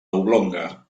oblonga